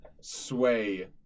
sway